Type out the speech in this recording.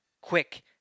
quick